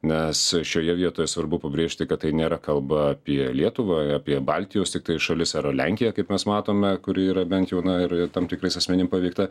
nes šioje vietoje svarbu pabrėžti kad tai nėra kalba apie lietuvą apie baltijos tiktais šalis ar ar lenkiją kaip mes matome kuri yra bent jau na ir ir tam tikrais asmenim paveikta